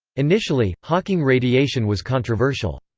initially, hawking radiation was controversial.